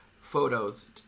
photos